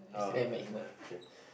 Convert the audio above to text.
oh okay